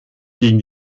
gegen